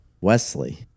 wesley